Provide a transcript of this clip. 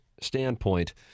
standpoint